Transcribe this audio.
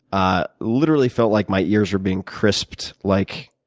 ah literally felt like my ears were being crisped like